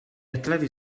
atleti